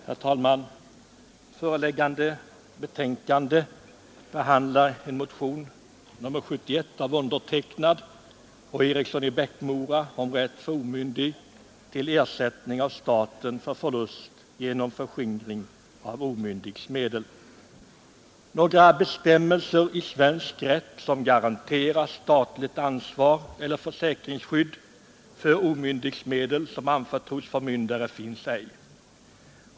Herr talman! Föreliggande betänkande behandlar motionen 71 av mig och herr Eriksson i Bäckmora om rätt för omyndig till ersättning av staten för förlust genom förskingring av omyndigs medel. Några bestämmelser i svensk rätt som garanterar statligt ansvar eller försäkringsskydd för omyndigs medel som anförtros förmyndare finns ej.